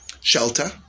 shelter